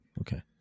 Okay